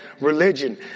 religion